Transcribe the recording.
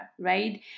right